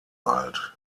alt